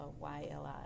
YLI